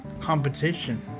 competition